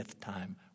time